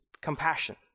compassion